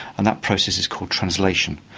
and that process is called translation.